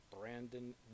Brandon